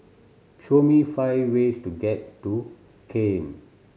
show me five ways to get to Cayenne